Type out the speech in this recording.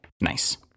nice